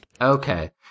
okay